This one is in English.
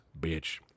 bitch